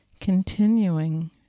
Continuing